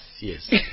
yes